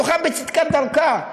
בטוחה בצדקת דרכה,